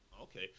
Okay